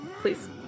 please